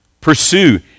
pursue